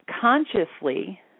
consciously